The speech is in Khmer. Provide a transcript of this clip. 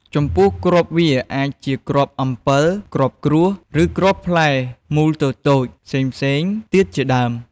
ចំពោះ គ្រាប់វាអាចជាគ្រាប់អំពិល គ្រាប់គ្រួស ឬគ្រាប់ផ្លែមូលតូចៗផ្សេងៗទៀតជាដើម។